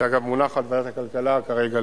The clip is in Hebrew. שאגב מונחת בוועדת הכלכלה כרגע,